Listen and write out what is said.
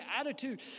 attitude